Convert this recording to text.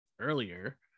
earlier